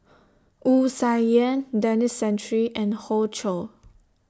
Wu Tsai Yen Denis Santry and Hoey Choo